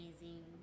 amazing